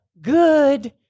good